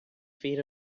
feet